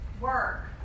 work